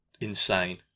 insane